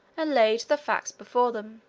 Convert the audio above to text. and laid the facts before them.